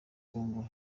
congo